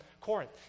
Corinth